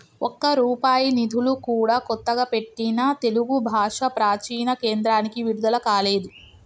ఒక్క రూపాయి నిధులు కూడా కొత్తగా పెట్టిన తెలుగు భాషా ప్రాచీన కేంద్రానికి విడుదల కాలేదు